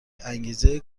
انگیزه